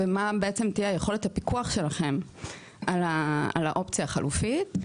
ומה בעצם תהיה יכולת הפיקוח שלכם על האופציה החלופית?